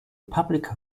public